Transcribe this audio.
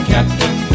Captain